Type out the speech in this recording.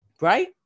right